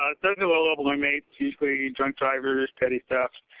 ah those are low level inmates. usually, drunk drivers, petty theft,